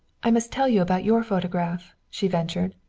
i must tell you about your photograph, she ventured.